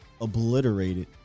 obliterated